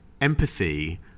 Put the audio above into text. empathy